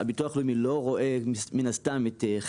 הביטוח הלאומי לא רואה עין בעין את חלק